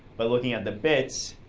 but looking at the bits,